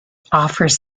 offers